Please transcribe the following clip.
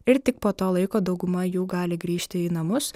ir tik po to laiko dauguma jų gali grįžti į namus